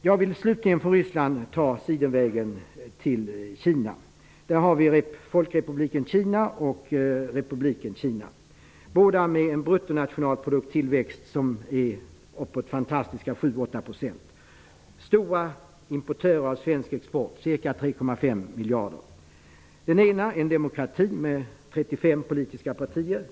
Jag vill slutligen från Ryssland ta Sidenvägen till Kina. Där har vi folkrepubliken Kina och republiken Kina. Båda har en tillväxt av bruttonationalprodukten som är uppåt fantastiska 7--8 %. De är stora importörer av svensk export, ca 3,5 miljarder. Den ena är en demokrati med 35 politiska partier.